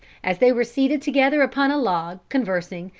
as they were seated together upon a log, conversing,